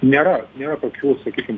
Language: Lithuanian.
nėra nėra tokių sakykim